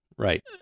Right